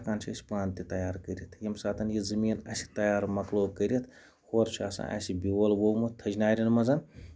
یہِ ہٮ۪کان چھِ أسۍ پانہٕ تہِ تَیار کٔرِتھ ییٚمہِ ساتہٕ یہِ زٔمیٖن اَسہِ تَیار مۄکلو کٔرِتھ ہورٕ چھُ آسان اَسہِ بیول ووٚومُت تٔھجنارین منٛز